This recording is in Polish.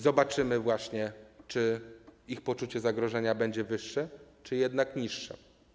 Zobaczymy właśnie, czy ich poczucie zagrożenia będzie wyższe, czy jednak niższe.